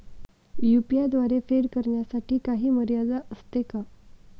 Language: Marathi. यु.पी.आय द्वारे फेड करण्यासाठी काही मर्यादा असते का?